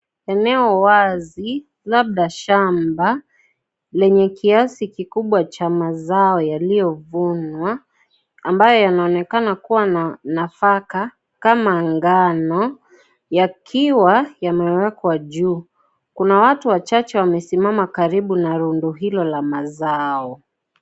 Eneo wazi, labda shamba lenye kiasi kikubwa cha mazao yaliyo vunwa ambayo yanonekana kuwa nafaka kama ngano, yakiwa yamewekwa juu. Kuna watu wachache wamesimama karibu na rundu hilo la mazao.